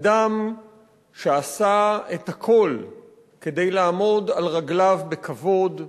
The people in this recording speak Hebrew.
אדם שעשה את הכול כדי לעמוד על רגליו בכבוד,